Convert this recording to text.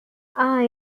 are